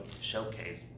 showcase